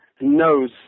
knows